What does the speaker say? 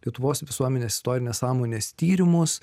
lietuvos visuomenės istorinės sąmonės tyrimus